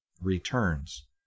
returns